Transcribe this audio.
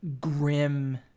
grim